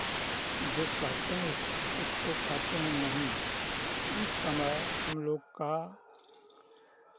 जो कहते हैं उसको कहते हैं नहीं इस समय हमलोग का